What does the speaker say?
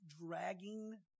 dragging